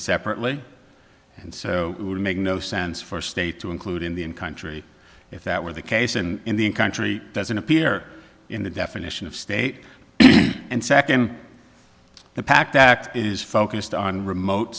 separately and so it would make no sense for state to include in the country if that were the case and the country doesn't appear in the definition of state and second the pact act is focused on remote